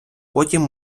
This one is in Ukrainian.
потім